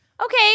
Okay